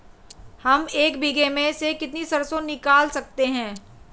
हम एक बीघे में से कितनी सरसों निकाल सकते हैं?